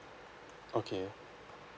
okay